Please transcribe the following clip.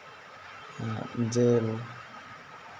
ᱡᱤᱞ